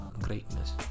greatness